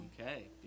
Okay